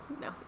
no